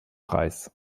preis